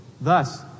thus